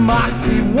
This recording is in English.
Moxie